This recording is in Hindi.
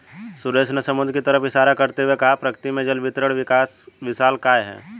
सुरेश ने समुद्र की तरफ इशारा करते हुए कहा प्रकृति में जल वितरण विशालकाय है